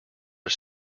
are